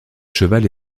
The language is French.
cheval